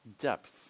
depth